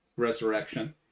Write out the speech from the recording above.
resurrection